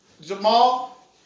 Jamal